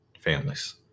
families